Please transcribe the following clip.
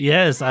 Yes